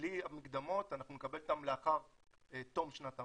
בלי המקדמות אנחנו נקבל אותם לאחר תום שנת המס.